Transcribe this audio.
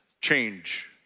change